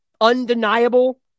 undeniable